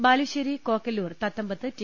Balussery Kokkallur Thathampath T